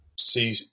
see